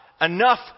enough